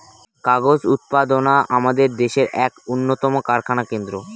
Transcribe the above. কাগজ উৎপাদনা আমাদের দেশের এক উন্নতম কারখানা কেন্দ্র